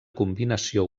combinació